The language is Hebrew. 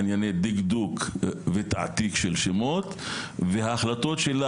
בענייני דקדוק ותעתיק של שמות וההחלטות שלה